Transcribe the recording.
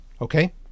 Okay